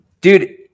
dude